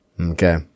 Okay